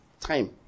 time